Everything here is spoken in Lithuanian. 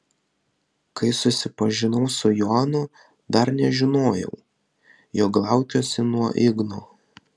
kai susipažinau su jonu dar nežinojau jog laukiuosi nuo igno